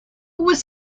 was